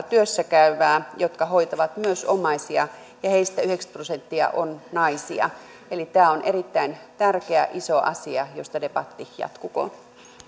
työssä käyvää jotka myös hoitavat omaisiaan ja joista yhdeksänkymmentä prosenttia on naisia eli tämä on erittäin tärkeä iso asia josta debatti jatkukoon